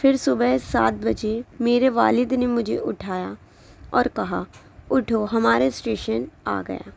پھر صبح سات بجے میرے والد نے مجھے اٹھایا اور کہا اٹھو ہمارا اسٹیشن آ گیا